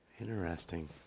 interesting